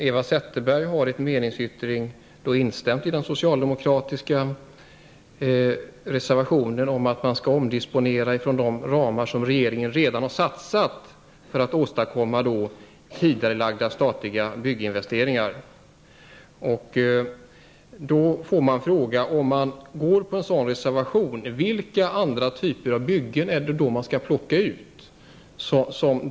Eva Zetterberg har i en meningsyttring instämt i den socialdemokratiska reservationen om att pengar skall omdisponeras från de ramar som regeringen redan har angivit för att åstadkomma tidigareläggande av statliga bygginvesteringar. Om man biträder en sådan reservation, vilka andra typer av byggen är det då man skall plocka ut?